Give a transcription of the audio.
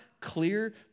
clear